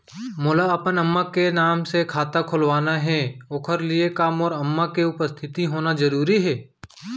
मोला अपन अम्मा के नाम से खाता खोलवाना हे ओखर लिए का मोर अम्मा के उपस्थित होना जरूरी हे?